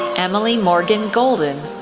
emily morgan golden,